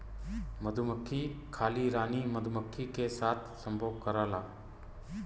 मधुमक्खी खाली रानी मधुमक्खी के साथ संभोग करेला